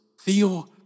Theo